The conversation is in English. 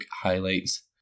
highlights